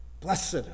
Blessed